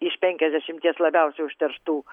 iš penkiasdešimties labiausiai užterštų